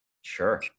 Sure